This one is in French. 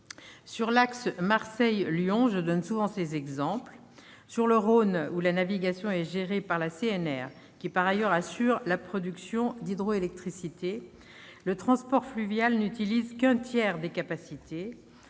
de l'axe Marseille-Lyon. Sur le Rhône, où la navigation est gérée par la CNR, qui par ailleurs assure la production d'hydroélectricité, le transport fluvial n'utilise qu'un tiers des capacités,